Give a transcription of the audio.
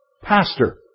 Pastor